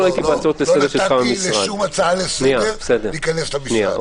לא, לא נתתי לשום הצעה לסדר להיכנס למשרד.